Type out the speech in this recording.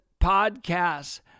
podcasts